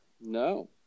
No